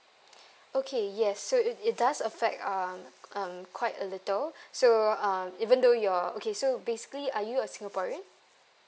okay yes so it it does affect um um quite a little so um even though you're okay so basically are you a singaporean